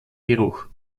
geruch